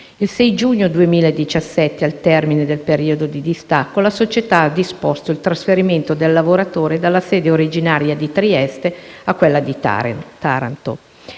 Il 6 giugno 2017, al termine del periodo di distacco, la società ha disposto il trasferimento del lavoratore dalla sede originaria di Trieste a quella di Taranto.